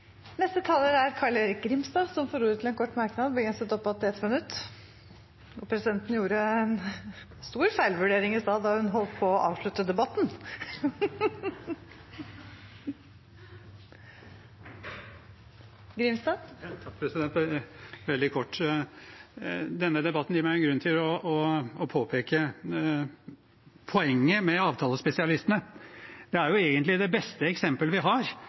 og får ordet til en kort merknad, begrenset til 1 minutt. Veldig kort: Denne debatten gir meg en grunn til å påpeke poenget med avtalespesialistene. De er jo egentlig det beste eksempelet vi har